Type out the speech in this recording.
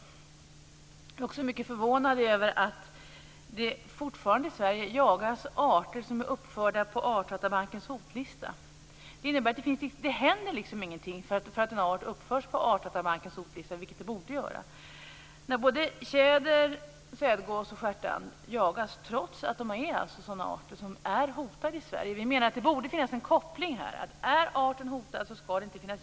Jag är också mycket förvånad över att det i Sverige fortfarande jagas arter som är uppförda på Artdatabankens hotlista. Det innebär att ingenting händer när en art blir uppförd där, vilket det borde göra. Såväl tjäder som sädgås och stjärtand jagas trots att de är hotade arter i Sverige. Vi menar att det borde finnas en koppling här: Är arten hotad skall den inte jagas.